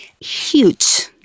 huge